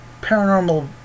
paranormal